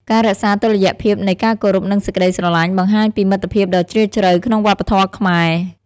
ការរក្សាតុល្យភាពនៃ ការគោរពនិងសេចក្ដីស្រឡាញ់បង្ហាញពីមិត្តភាពដ៏ជ្រាលជ្រៅក្នុងវប្បធម៌ខ្មែរ។